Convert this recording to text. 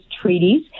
treaties